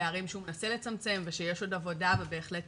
פערים שהוא מנסה לצמצם ושיש עוד עבודה ובהחלט